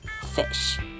fish